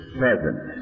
present